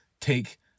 take